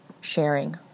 sharing